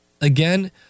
Again